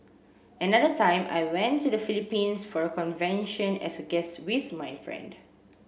another time I went to the Philippines for a convention as a guest with my friend